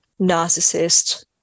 narcissist